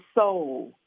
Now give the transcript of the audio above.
soul